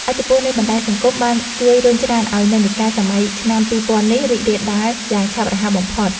ឥទ្ធិពលពីបណ្តាញសង្គមបានជួយរុញច្រានឱ្យនិន្នាការសម័យឆ្នាំពីរពាន់នេះរីករាលដាលយ៉ាងឆាប់រហ័សបំផុត។